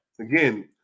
again